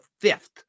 fifth